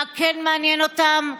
מה כן מעניין אותם?